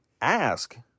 ask